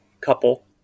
couple